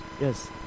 Yes